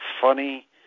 funny